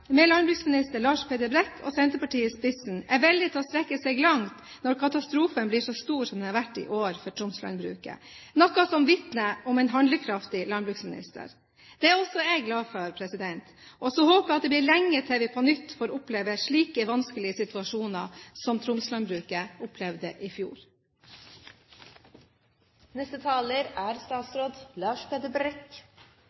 med landbruksminister Lars Peder Brekk og Senterpartiet i spissen, er villig til å strekke seg langt når katastrofen blir så stor som den har vært i år for Troms-landbruket. Noe som vitner om en handlekraftig landbruksminister.» Det er også jeg glad for, og så håper jeg at det blir lenge til vi på nytt får oppleve slike vanskelige situasjoner som Troms-landbruket opplevde i